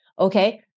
okay